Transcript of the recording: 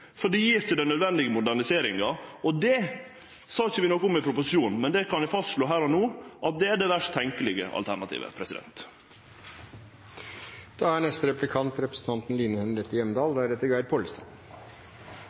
den nødvendige moderniseringa, og det er – det sa vi ikkje noko om i proposisjonen, men det kan eg fastslå her og no – det verst tenkjelege alternativet.